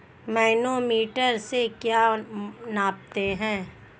Manometer से क्या नापते हैं?